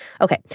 Okay